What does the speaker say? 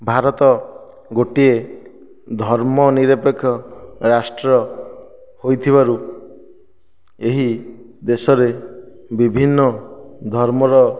ଭାରତ ଗୋଟିଏ ଧର୍ମ ନିରପେକ୍ଷ ରାଷ୍ଟ୍ର ହୋଇଥିବାରୁ ଏହି ଦେଶରେ ବିଭିନ୍ନ ଧର୍ମର